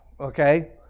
Okay